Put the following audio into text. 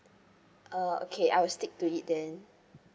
uh okay I will stick to it then